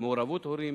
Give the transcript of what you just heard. מעורבות הורים,